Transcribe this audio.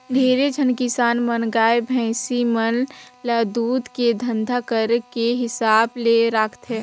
ढेरे झन किसान मन गाय, भइसी मन ल दूद के धंधा करे के हिसाब ले राखथे